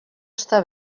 està